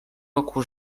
roku